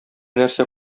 нәрсә